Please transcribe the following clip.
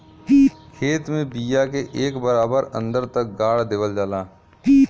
खेत में बिया के एक बराबर अन्दर तक गाड़ देवल जाला